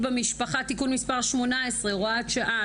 במשפחה חוק למניעת אלימות במשפחה (תיקון מס' 18 - הוראת שעה),